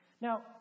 Now